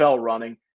running